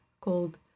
called